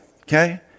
okay